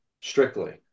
strictly